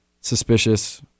suspicious